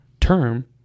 term